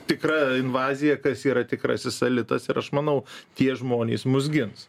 tikra invazija kas yra tikrasis elitas ir aš manau tie žmonės mus gins